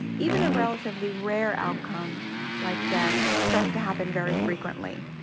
even a relatively rare outcome like death starts to happen very frequently.